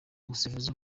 umusifuzi